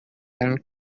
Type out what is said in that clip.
and